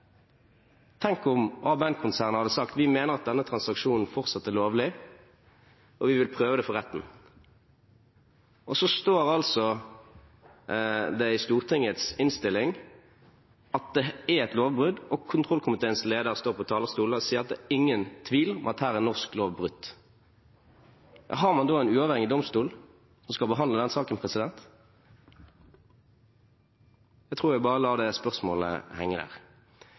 Tenk om ABN-konsernet hadde sagt: Vi mener denne transaksjonen fortsatt er lovlig, og vi vil prøve det for retten. Så står det altså i Stortingets innstilling at det er et lovbrudd, og kontrollkomiteens leder står på talerstolen og sier at det er ingen tvil om at norsk lov er brutt. Har man da en uavhengig domstol som skal behandle den saken? Jeg tror jeg bare lar det spørsmålet henge.